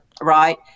right